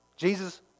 Jesus